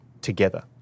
together